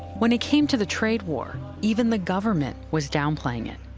when it came to the trade war, even the government was downplaying it.